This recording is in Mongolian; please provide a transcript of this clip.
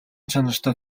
чанартай